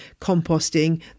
composting